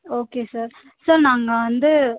okay sir sir நாங்கள் வந்து